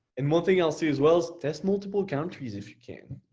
and one thing i'll say is, well test multiple countries, if you can,